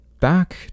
Back